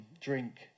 drink